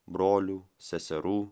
brolių seserų